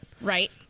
Right